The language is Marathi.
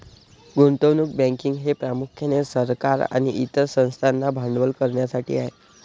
गुंतवणूक बँकिंग हे प्रामुख्याने सरकार आणि इतर संस्थांना भांडवल करण्यासाठी आहे